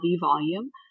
volume